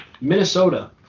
Minnesota